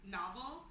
novel